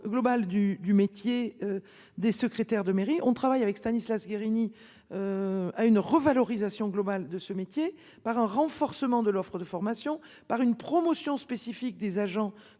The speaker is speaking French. du métier. Des secrétaires de mairie, on travaille avec Stanislas Guerini. À une revalorisation globale de ce métier par un renforcement de l'offre de formation par une promotion spécifique des agents